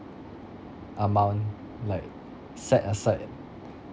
amount like set aside